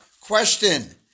Question